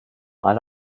alle